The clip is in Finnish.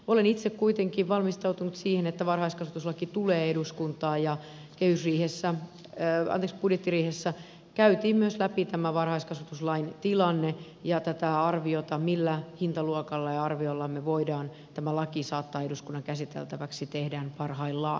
olen itse kuitenkin valmistautunut siihen että varhaiskasvatuslaki tulee eduskuntaan ja budjettiriihessä käytiin myös läpi tämä varhaiskasvatuslain tilanne ja tätä arviota millä hintaluokalla ja arviolla me voimme tämän lain saattaa eduskunnan käsiteltäväksi tehdään parhaillaan